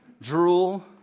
drool